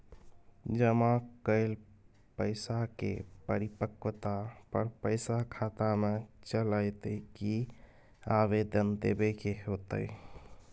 जमा कैल पैसा के परिपक्वता पर पैसा खाता में चल अयतै की आवेदन देबे के होतै?